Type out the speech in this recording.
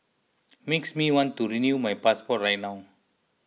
makes me want to renew my passport right now